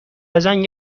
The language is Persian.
زنگ